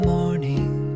Morning